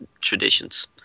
traditions